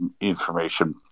Information